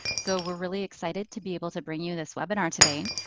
so we're really excited to be able to bring you this webinar today.